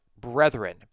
brethren